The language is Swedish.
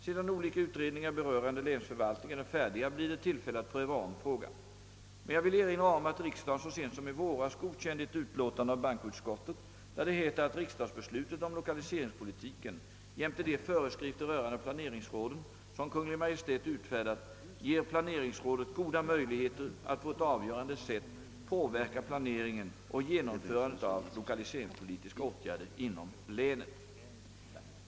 Sedan olika utredningar berörande länsförvaltningen är färdiga blir det tillfälle att pröva om frågan. Men jag vill erinra om att riksdagen så sent som i våras godkände ett utlåtande av bankoutskottet, där det heter att riksdagsbeslutet om lokaliseringspolitiken jämte de föreskrifter rörande planeringsråden som Kungl. Maj:t utfärdat ger planeringsrådet goda möjligheter att på ett avgörande sätt påverka planeringen och genomförandet av lokaliseringspolitiska åtgärder inom länet.